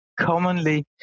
commonly